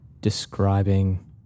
describing